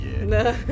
No